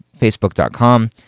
Facebook.com